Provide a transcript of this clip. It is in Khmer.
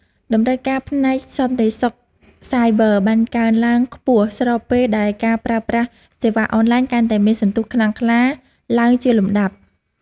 តម្រូវការផ្នែកសន្តិសុខសាយប័របានកើនឡើងខ្ពស់ស្របពេលដែលការប្រើប្រាស់សេវាអនឡាញកាន់តែមានសន្ទុះខ្លាំងក្លាឡើងជាលំដាប់។